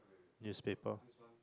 newspaper